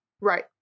Right